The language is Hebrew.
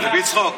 בלי צחוק,